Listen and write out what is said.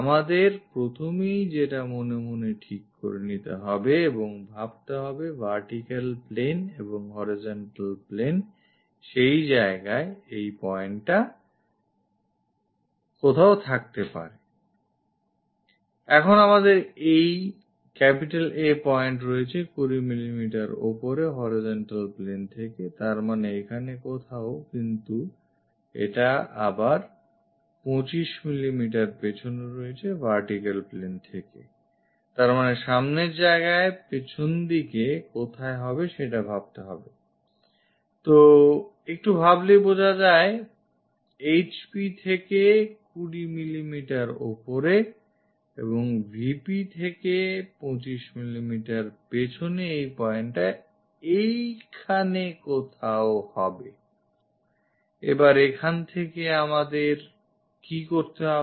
আমাদের প্রথমেই যেটা মনে মনে ঠিক করে নিতে হবে এবং ভাবতে হবে vertical plane এবং horizontal plane সেই জায়গায় এই pointটা কোথায় থাকতে পারেI এখন আমাদের এই A point রয়েছেI কুড়ি মিলিমিটার উপরে horizontal plane থেকে তারমানে এখানে কোথাও কিন্তু এটা আবার 25 মিলিমিটার পেছনে রয়েছে vertical plane থেকেI তারমানে সামনের জায়গায় পেছনদিকে কোথায় হবে সেটা ভাবতে হয়I তো একটু ভাবলেই বুঝা যায় HP থেকে কুড়ি মিলিমিটার ওপরে এবং VP থেকে 25 মিলিমিটার পেছনে এই pointটা এখানে কোথাও হবেI এবার এখান থেকে আমাদের কি করতে হবে